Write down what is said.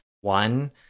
one